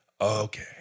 okay